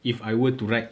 if I were to write